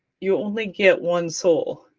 you only get one soul,